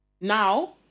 Now